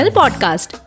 podcast